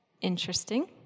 Interesting